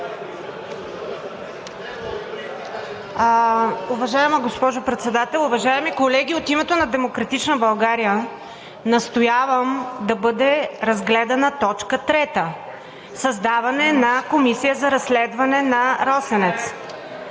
Уважаема госпожо Председател, уважаеми колеги, от името на „Демократична България“ настоявам да бъде разгледана точка трета: „Създаване на комисия за разследване на „Росенец“.“